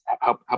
help